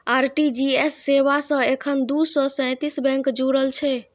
RTGS सेवा सं एखन दू सय सैंतीस बैंक जुड़ल छै